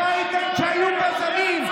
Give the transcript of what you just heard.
איפה היית כשהיו גזענים?